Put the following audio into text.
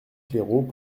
claireaux